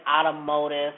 automotive